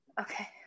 Okay